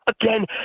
again